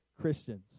Christians